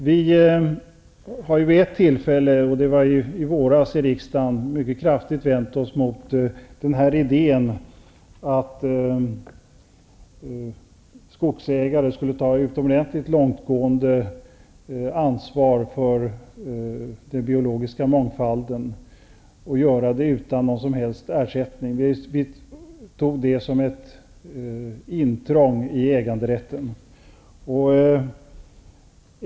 Vi har vid ett tillfälle, det var i våras, i riksdagen mycket kraftigt vänt oss emot idén att skogsägare skulle ta utomordentligt långtgående ansvar för den biologiska mångfalden och göra det utan någon som helst ersättning. Vi tog det som ett intrång i äganderätten.